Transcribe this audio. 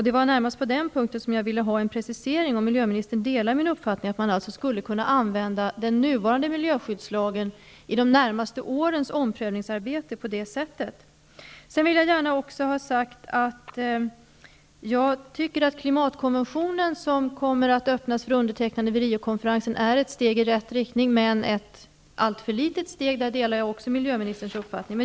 Det var närmast på den punkten som jag ville ha en precisering om miljöministern delar min uppfattning, att man skulle kunna använda den nuvarande miljöskyddslagen i de närmaste årens omprövningsarbete på det sättet. Sedan vill jag ha sagt att jag tycker att klimatkonventionen, som kommer att öppnas för undertecknande i Rio, är ett steg i rätt riktning, men ett alltför litet steg. Där delar jag miljöministerns uppfattning.